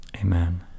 Amen